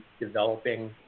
developing